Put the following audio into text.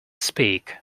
speak